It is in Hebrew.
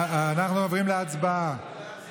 אנחנו עוברים להצבעה.